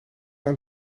aan